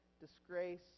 disgrace